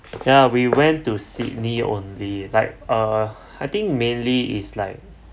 ya we went to sydney only like uh I think mainly is like